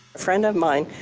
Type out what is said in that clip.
friend of mine,